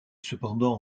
cependant